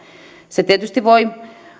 se tietysti voi